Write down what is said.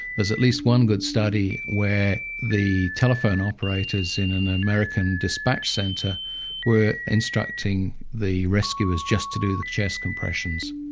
there's at least one good study where the telephone operators in an american dispatch centre were instructing the rescuers just to do the chest compressions.